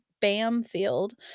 Bamfield